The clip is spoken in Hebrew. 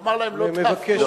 ולומר להם: לא תעבדו,